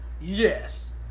Yes